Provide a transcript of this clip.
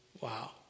wow